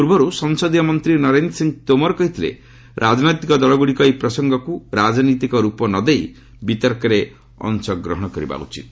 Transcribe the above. ପୂର୍ବରୁ ସଂସଦୀୟ ମନ୍ତ୍ରୀ ନରେନ୍ଦ୍ର ସିଂହ ତୌମର କହିଥିଲେ ରାଜନୈତିକ ଦଳଗୁଡ଼ିକ ଏହି ପ୍ରସଙ୍ଗକୁ ରାଜନୈତିକ ରୂପ ନଦେଇ ବିତର୍କରେ ଅଂଶଗ୍ରହଣ କରିବା ଉଚିତ୍